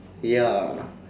ya